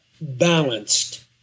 balanced